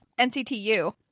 NCTU